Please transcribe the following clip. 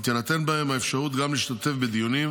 ותינתן בהן האפשרות גם להשתתף בדיונים